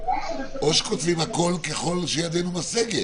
או שכותבים הכול ככל שידנו משגת.